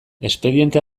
espediente